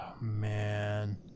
Man